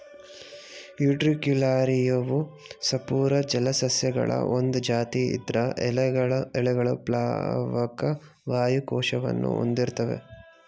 ಉಟ್ರಿಕ್ಯುಲಾರಿಯವು ಸಪೂರ ಜಲಸಸ್ಯಗಳ ಒಂದ್ ಜಾತಿ ಇದ್ರ ಎಲೆಗಳು ಪ್ಲಾವಕ ವಾಯು ಕೋಶವನ್ನು ಹೊಂದಿರ್ತ್ತವೆ